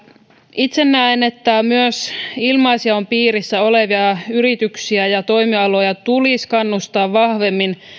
itse näen että myös ilmaisjaon piirissä olevia yrityksiä ja toimialoja tulisi kannustaa vahvemmin